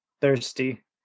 Thirsty